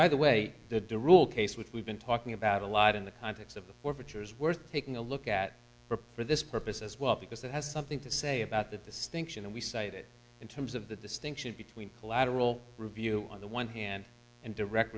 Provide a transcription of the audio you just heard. by the way the direct case which we've been talking about a lot in the context of the forfeitures worth taking a look at for this purpose as well because it has something to say about the distinction and we cited in terms of the distinction between collateral review on the one hand and direct